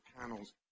panels